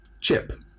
chip